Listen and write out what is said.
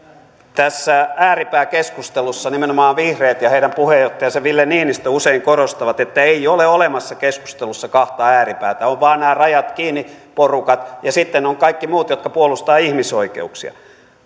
tässä ääripääkeskustelussa nimenomaan vihreät ja heidän puheenjohtajansa ville niinistö usein korostavat että ei ole olemassa keskustelussa kahta ääripäätä on vain nämä rajat kiinni porukat ja sitten on kaikki muut jotka puolustavat ihmisoikeuksia